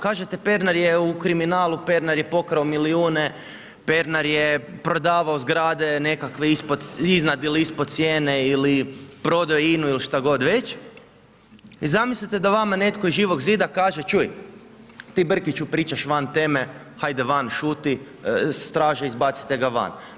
Kažete Pernar je u kriminalu, Pernar je pokrao milijune, Pernar je prodavao zgrade, nekakve iznad ili ispod cijene ili prodao je INA-u ili što već i zamislite da vama netko iz Živog zida kaže, čuj, ti Brkiću pričaš van teme, hajte van, šuti, straža izbacite ga van.